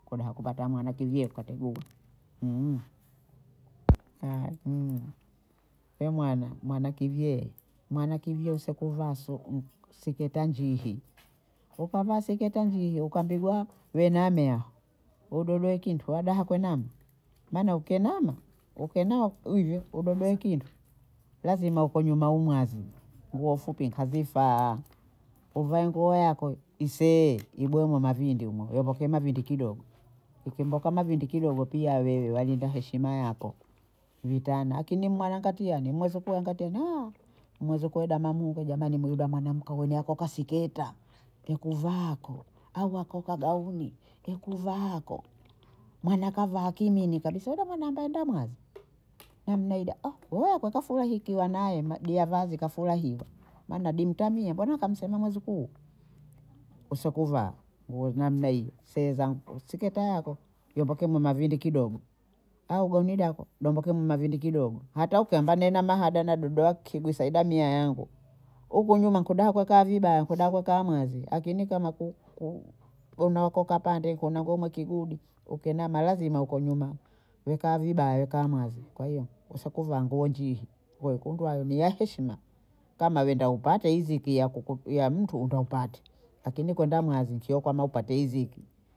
Kudaha kupata mwana kivyee ukateguwa haya we mwana mwana kivyee, mwana kivyee usekuvaa su- si- siketa njihi, we ukavaa siketa njihi ukapigwa wenahamea hudobwowe kintu wadaha kuinama maana ukiinama ukina hivi hudobwowe kintu lazima huko nyuma umwazi, nguo fupi nkazifaa, uvae nguo yako isee ibomwe mavindi humo evoke mavindi kidogo ikimboka mavindi kidogo pia we walinda heshima yako vitana akini mwanangatiani mwezukuu wanga tena mwezukuu wedaha mamungo jamani mu yuda mwana mkaa we hako ka siketa kekuvaako au hako ka gauni kekuvaako, mwana kavaa kimini kabisa yuda mwana mba ndamazi na mna hiba kweka furahaki wanayo na- diavazi kafurahiwa maana bi mtamiye mbona kamsema mwizukuu, usikuvaa nguo namna hiyo seza siketa yako yomboke mu mavindi kidogo au gauni dako yomboke mu mavindi kidogo, hata ukiambiwa nenda mahada na dodoa kigusahida miya yangu huko kudaha kukaa vibaya kudaha kukaa mwezi akini kama ku- ku- kugonoa huko kapande kuna ngoma kigudi ukiinama lazima huko nyuma wekaa vibaya wekaa hamwazi, kwa hiyo usikuvaa nguo njihi kunduayo ni ya heshima, kama wenda upate yiziki yakuku ya mtu utaupate akini kwenda mwazi sio kwamba upate yiziki